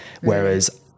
Whereas